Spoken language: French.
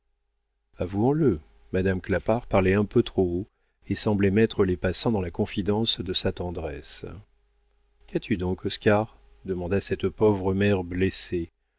avouons-le madame clapart parlait un peu trop haut et semblait mettre les passants dans la confidence de sa tendresse qu'as-tu donc oscar demanda cette pauvre mère blessée